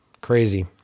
Crazy